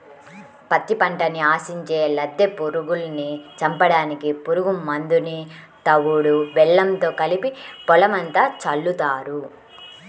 పత్తి పంటని ఆశించే లద్దె పురుగుల్ని చంపడానికి పురుగు మందుని తవుడు బెల్లంతో కలిపి పొలమంతా చల్లుతారు